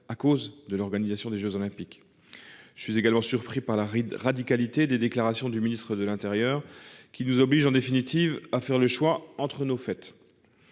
à cause de l'organisation des jeux Olympiques. Je suis également étonné par la radicalité des déclarations du ministre de l'intérieur, qui nous oblige en définitive à faire le choix entre nos fêtes.